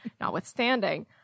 notwithstanding